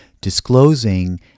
disclosing